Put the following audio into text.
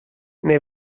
nei